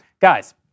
Guys